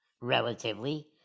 relatively